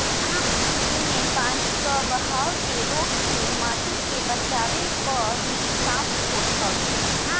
इमे पानी कअ बहाव के रोक के माटी के बचावे कअ भी काम होत हवे